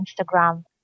Instagram